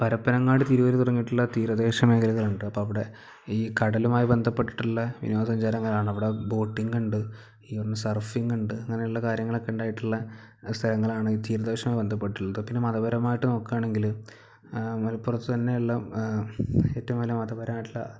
പരപ്പനങ്ങാട് തിരൂര് തുടങ്ങിയിട്ടുള്ള തീരദേശ മേഖലകളുണ്ട് അപ്പം അവിടെ ഈ കടലുമായി ബന്ധപ്പെട്ടിട്ടുള്ള വിനോദസഞ്ചാരങ്ങളാണ് അവിടെ ബോട്ടിങ് ഉണ്ട് സർഫിംഗ് ഉണ്ട് അങ്ങനെയുള്ള കാര്യങ്ങളൊക്കെ ഉണ്ടായിട്ടുള്ള സ്ഥലങ്ങളാണ് ഈ തീരദേശമായി ബന്ധപ്പെട്ടിട്ട് ഉള്ളത് പിന്നെ മതപരമായിട്ട് നോക്കുകയാണെങ്കിൽ മലപ്പുറത്ത് തന്നെയുള്ള ഏറ്റവും നല്ല മതപരമായിട്ടുള്ള